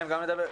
לדבר.